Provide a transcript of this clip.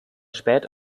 spät